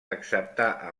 acceptà